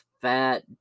fat